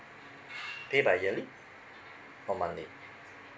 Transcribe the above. pay by yearly or monthly